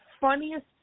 funniest